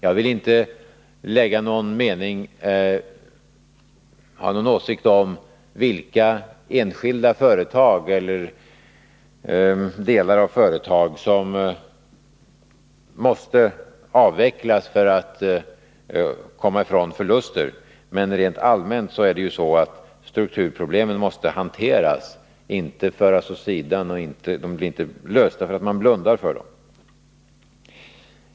Jag vill inte ha någon åsikt om vilka enskilda företag eller delar av företag som måste avvecklas för att man skall komma ifrån förluster, men rent allmänt är det så att strukturproblemen måste hanteras och inte föras åt sidan. De blir inte lösta för att man blundar för dem.